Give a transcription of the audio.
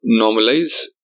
normalize